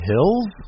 Hills